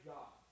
God